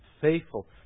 Faithful